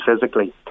physically